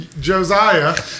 Josiah